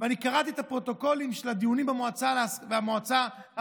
וקראתי את הפרוטוקולים של הדיונים במועצה הארצית,